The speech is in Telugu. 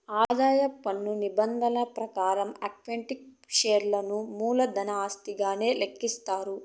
ఆదాయం పన్ను నిబంధనల ప్రకారం ఈక్విటీ షేర్లను మూలధన ఆస్తిగానే లెక్కిస్తారు